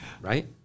right